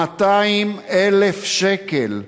200,000 שקל.